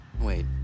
Wait